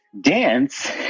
dance